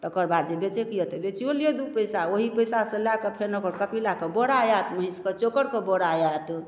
तकर बाद जे बेचयके यऽ तऽ बेचियो लिअ दू पैसा ओही पैसासँ लए कऽ फेन ओकर कपिलाके बोरा आयत महिंसके चोकरके बोरा आयत